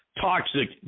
toxic